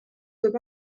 soit